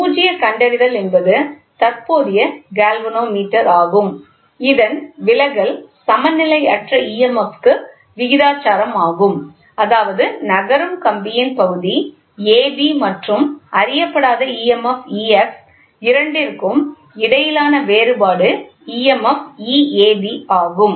பூஜ்ய கண்டறிதல் என்பது தற்போதைய கால்வனோமீட்டராகும் இதன் விலகல் சமநிலையற்ற emf க்கு விகிதாசாரமாகும் அதாவது நகரும் கம்பியின் பகுதி ab மற்றும் அறியப்படாத emf EX இரண்டிற்கும் இடையிலான வேறுபாடு emf Eab ஆகும்